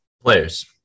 Players